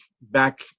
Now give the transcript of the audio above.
back